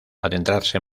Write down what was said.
adentrarse